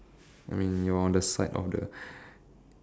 I mean you're on the side of the